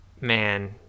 man